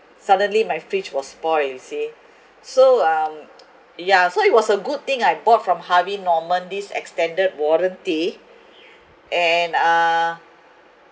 suddenly my fridge was spoilt you see so um yeah so it was a good thing I bought from harvey norman this extended warranty and uh